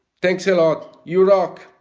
thanks a lot. you rock.